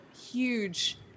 huge